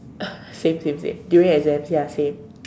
same same same during exams ya same